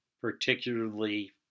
particularly